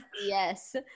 Yes